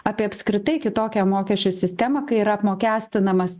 apie apskritai kitokią mokesčių sistemą kai yra apmokestinamas